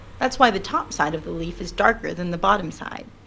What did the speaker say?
that's why the top side of the leaf is darker than the bottom side.